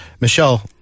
Michelle